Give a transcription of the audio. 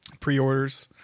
pre-orders